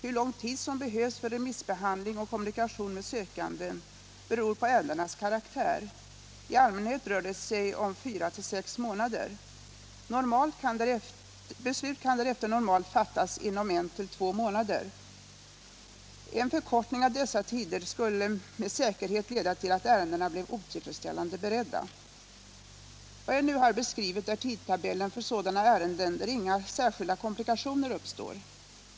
Hur lång tid som behövs för remissbehandling och kommunikation med sökanden beror på ärendenas karaktär. I allmänhet rör det sig om fyra till sex månader. Beslut kan därefter normalt fattas inom en till två månader. En förkortning av dessa tider skulle med säkerhet leda till att ärendena blev otillfredsställande beredda. Vad jag nu har beskrivit är tidtabellen för sådana ärenden där inga särskilda komplikationer uppstår.